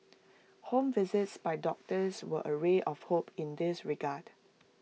home visits by doctors were A ray of hope in this regard